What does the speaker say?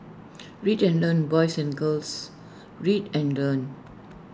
read and learn boys and girls read and learn